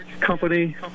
company